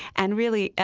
and really,